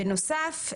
בנוסף,